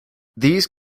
these